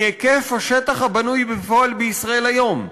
מהיקף השטח הבנוי בפועל בישראל היום.